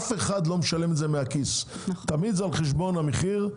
אף אחד לא משלם את זה מהכיס שלו; זה תמיד על חשבון הציבור.